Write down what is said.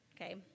Okay